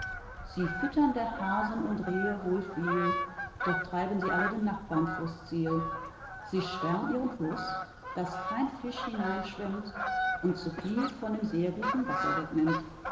sie füttern der hasen und rehe wohl viel doch treiben sie alle dem nachbar vors ziel sie sperr'n ihren fluß daß kein fisch hineinschwimmt und zuviel von dem sehr guten wasser wegnimmt